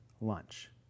lunch